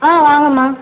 ஆ வாங்கம்மா